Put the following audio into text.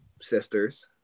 sisters